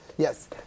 Yes